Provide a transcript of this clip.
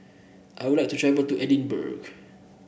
I would like to travel to Edinburgh